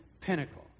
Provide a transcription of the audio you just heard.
pinnacle